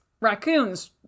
raccoons